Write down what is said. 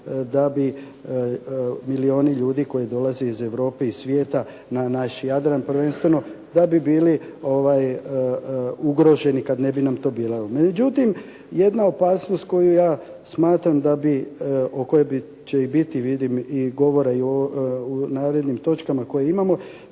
da bi milijuni ljudi koji dolaze iz Europe i svijeta na naš Jadran prvenstveno da bi bili ugroženi kad ne bi nam to bilo. Međutim, jedna opasnost koju ja smatram da bi, o kojoj će i biti vidim i govora u narednim točkama koje imamo.